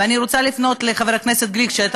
ואני רוצה לפנות לחבר הכנסת